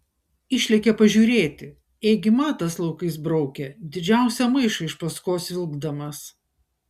išlėkė pažiūrėti ėgi matas laukais braukė didžiausią maišą iš paskos vilkdamas